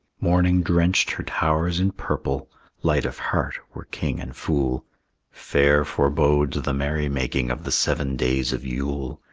morning drenched her towers in purple light of heart were king and fool fair forebode the merrymaking of the seven days of yule.